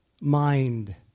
mind